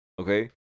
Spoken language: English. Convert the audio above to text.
okay